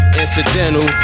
incidental